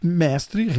mestre